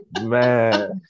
Man